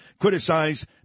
criticize